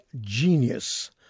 Genius